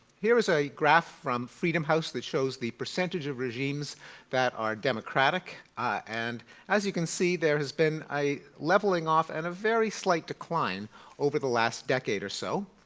here is a graph from freedom house that shows the percentage of regimes that are democratic and as you can see there has been a leveling off and a very slight decline over the last decade or so.